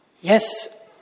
Yes